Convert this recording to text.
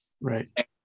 right